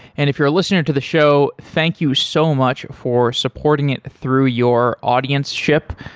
and if you're a listener to the show, thank you so much for supporting it through your audienceship.